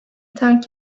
terk